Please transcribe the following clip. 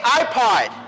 iPod